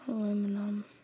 Aluminum